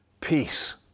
peace